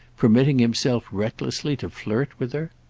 permitting himself recklessly to flirt with her?